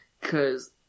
cause